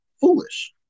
foolish